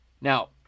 Now